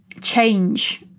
change